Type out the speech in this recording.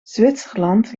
zwitserland